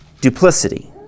duplicity